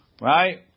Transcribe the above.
Right